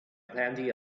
plenty